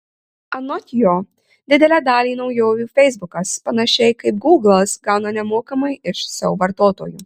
anot jo didelę dalį naujovių feisbukas panašiai kaip gūglas gauna nemokamai iš savo vartotojų